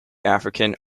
african